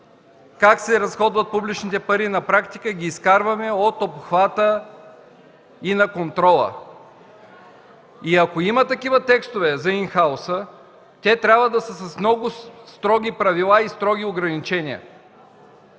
как се разходват публичните пари. На практика ги изкарваме от обхвата на контрола. Ако има текстове за „ин хаус”-а, те трябва да са с много строги правила и строги ограничения.